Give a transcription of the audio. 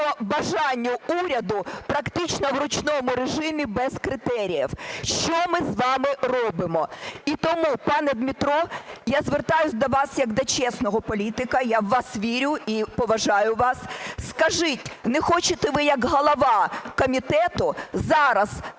бажанню уряду практично в ручному режимі без критеріїв. Що ми з вами робимо? І тому, пане Дмитро, я звертаюся до вас як до чесного політика, я в вас вірю і поважаю вас. Скажіть, не хочете ви як голова комітету зараз